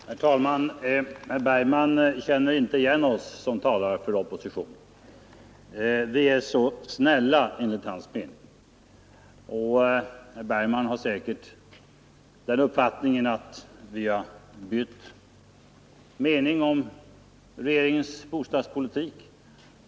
Herr talman! Herr Bergman känner inte igen oss som talar för oppositionen: Vi är så snälla. Herr Bergman har uppfattningen att vi har bytt mening om regeringens bostadspolitik.